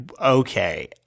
okay